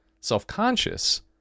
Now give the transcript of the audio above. self-conscious